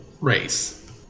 race